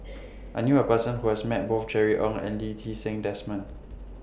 I knew A Person Who has Met Both Jerry Ng and Lee Ti Seng Desmond